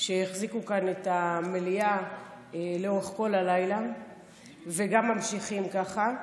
שהחזיקו כאן את המליאה לאורך כל הלילה וגם ממשיכים ככה.